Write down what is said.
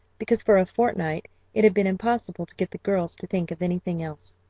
because for a fortnight it had been impossible to get the girls to think of anything else.